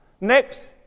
next